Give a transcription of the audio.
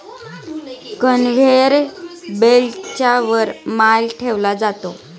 conveyor बेल्टच्या वर माल ठेवला जातो